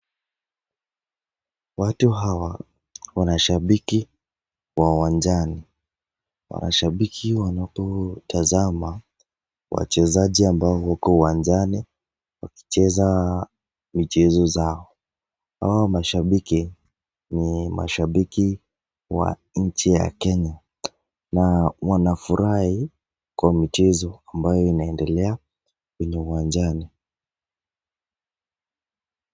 Watu hawa wanashabiki uwanjani. Wanashabiki wanapotazama wachezaji ambao huko uwanjani, wakicheza michezo zao. Hawa mashabiki, ni mashabiki wa nchi ya Kenya. Na wanafurahi kwa mchezo ambayo inayoendelea kwenye uwanjani.